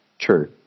True